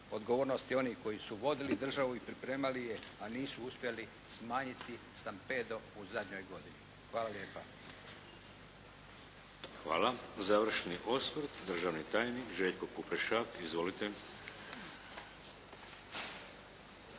odgovornost i onih koji su vodili državu i pripremali je, a nisu uspjeli smanjiti stampedo u zadnjoj godini. Hvala lijepa. **Šeks, Vladimir (HDZ)** Hvala. Završni osvrt, državni tajnik Željko Kuprešak. Izvolite.